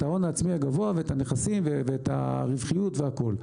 ההון העצמי הגבוה ואת הנכסים ואת הרווחיות והכול,